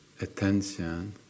attention